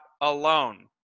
alone